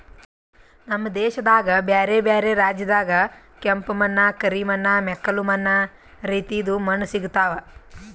ನಮ್ ದೇಶದಾಗ್ ಬ್ಯಾರೆ ಬ್ಯಾರೆ ರಾಜ್ಯದಾಗ್ ಕೆಂಪ ಮಣ್ಣ, ಕರಿ ಮಣ್ಣ, ಮೆಕ್ಕಲು ಮಣ್ಣ ರೀತಿದು ಮಣ್ಣ ಸಿಗತಾವ್